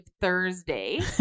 Thursday